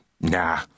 Nah